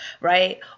right